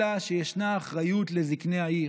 אלא שישנה אחריות לזקני העיר.